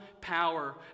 power